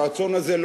הרצון הזה לא,